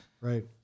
Right